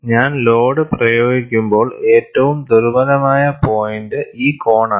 ഞാൻ ലോഡ് പ്രയോഗിക്കുമ്പോൾ ഏറ്റവും ദുർബലമായ പോയിന്റ് ഈ കോണാണ്